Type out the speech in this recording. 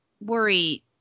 worry